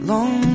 Long